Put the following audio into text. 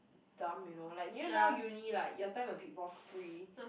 dumb you know like you know now uni right your time a bit more free